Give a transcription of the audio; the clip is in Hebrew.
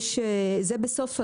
זה בסוף הדרך,